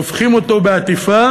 עוטפים אותו בעטיפה